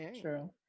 True